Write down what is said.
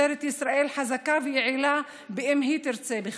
משטרת ישראל חזקה ויעילה אם היא תרצה בכך,